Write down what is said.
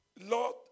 Lord